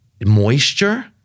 moisture